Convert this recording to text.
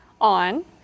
On